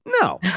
No